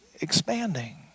expanding